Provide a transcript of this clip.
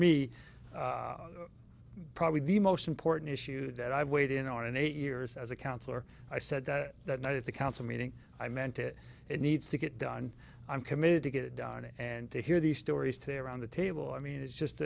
me probably the most important issue that i've weighed in on in eight years as a counselor i said that night at the council meeting i meant it it needs to get done committed to get it done and to hear these stories to around the table i mean it's just